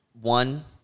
one